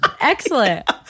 Excellent